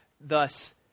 Thus